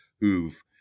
who've